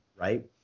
right